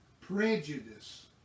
prejudice